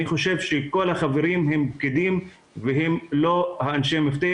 אני חושב שכל החברים הם פקידים והם לא אנשי מפתח